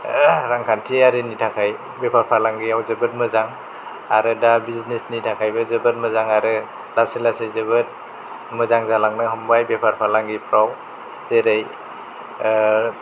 रांखान्थियारिनि थाखाय बेफार फालांगियाव जोबोद मोजां आरो दा बिजिनेसनि थाखायबो जोबोद मोजां आरो लासै लासै जोबोद मोजां जालांनो हमबाय बेफार फालांगिफ्राव जेरै